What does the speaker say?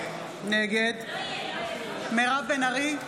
נגד מירב בן ארי,